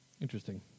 Interesting